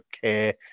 care